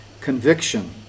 conviction